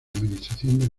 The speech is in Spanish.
administración